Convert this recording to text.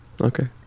okay